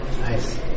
Nice